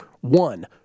one